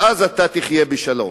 ואז תחיה בשלום.